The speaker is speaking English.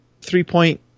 three-point